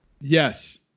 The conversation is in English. Yes